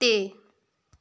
ਅਤੇ